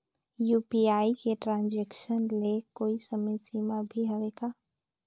UPI के transaction ले कोई समय सीमा भी हवे का?